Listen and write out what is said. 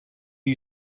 you